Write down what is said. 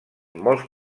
molts